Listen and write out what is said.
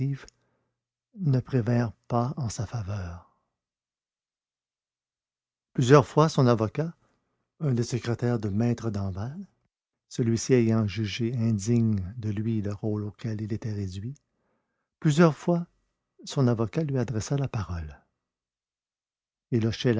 ne prévinrent pas en sa faveur plusieurs fois son avocat un des secrétaires de me danval celui-ci ayant jugé indigne de lui le rôle auquel il était réduit plusieurs fois son avocat lui adressa la parole